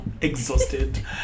exhausted